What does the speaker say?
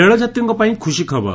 ରେଳଯାତ୍ରୀଙ୍କ ପାଇଁ ଖୁସି ଖବର